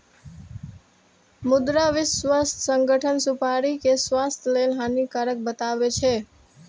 मुदा विश्व स्वास्थ्य संगठन सुपारी कें स्वास्थ्य लेल हानिकारक बतबै छै